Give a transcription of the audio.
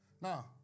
Now